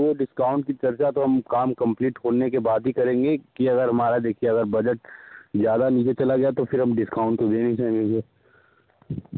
वो डिस्काउंट की चर्चा तो हम काम कंप्लीट होने के बाद ही करेंगे की अगर हमारा देखिये अगर बजट ज़्यादा नीचे चला गया तो फिर हम डिस्काउंट दे नहीं सकेंगे